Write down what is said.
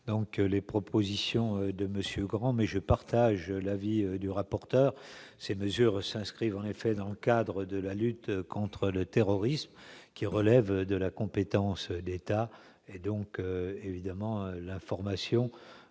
donc les propositions de monsieur grand mais je partage l'avis du rapporteur, ces mesures s'inscrivent en effet dans le cadre de la lutte contre le terrorisme qui relèvent de la compétence des États et donc évidemment l'information